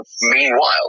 meanwhile